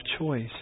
choice